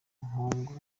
nkongwa